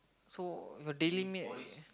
so your daily meal